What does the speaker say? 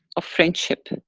of friendship.